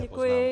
Děkuji.